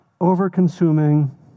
over-consuming